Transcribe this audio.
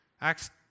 Acts